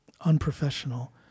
unprofessional